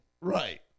right